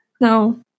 No